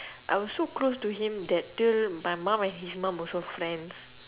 I was so close to him that till my mum and his mum also friends